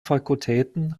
fakultäten